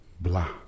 blah